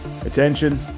Attention